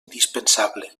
indispensable